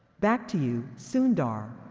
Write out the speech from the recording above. back to you, sundar.